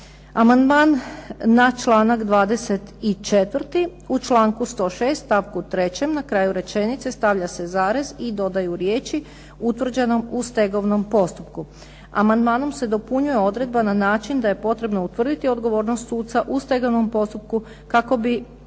Amandman na članak 24., u članku 106. stavku 3. na kraju rečenice stavlja se zarez i dodaju riječi: "utvrđenom u stegovnom postupku". Amandmanom se dopunjuje odredba na način da je potrebno utvrditi odgovornost suca u stegovnom postupku kako bi